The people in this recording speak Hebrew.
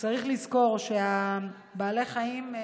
צריך לזכור שבעלי החיים,